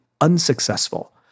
unsuccessful